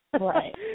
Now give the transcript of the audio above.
right